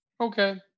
Okay